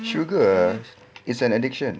sugar a is an addiction